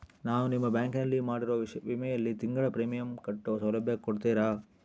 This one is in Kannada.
ನಾನು ನಿಮ್ಮ ಬ್ಯಾಂಕಿನಲ್ಲಿ ಮಾಡಿರೋ ವಿಮೆಯಲ್ಲಿ ತಿಂಗಳ ಪ್ರೇಮಿಯಂ ಕಟ್ಟೋ ಸೌಲಭ್ಯ ಕೊಡ್ತೇರಾ?